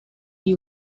you